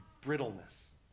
brittleness